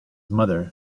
mother